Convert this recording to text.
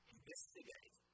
Investigate